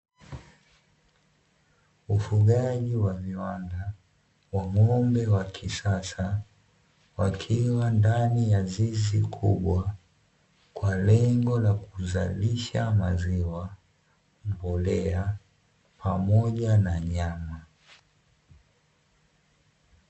Ufugaji wa viwanda wa ng'ombe wa kisasa wakiwa ndani ya zizi kubwa kwalengo la kuzalisha maziwa, mbolea pamoja na nyama.